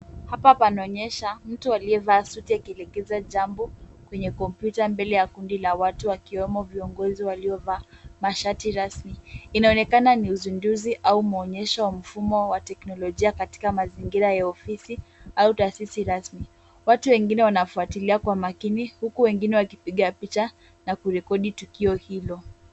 Hapa panaonyesha mtu aliyevaa suti akiliingiza jambo kwenye kompyuta mbele ya kundi la watu wakiwemo viongozi waliovaa mashati rasmi. Inaonekana ni uzinduzi au maonyesho ya mfumo wa teknolojia katika mazingira ya ofisi au taasisi rasmi. Watu wengine wanafuatilia kwa makini huku wengine wakipiga picha na kurekodi tukio hilo.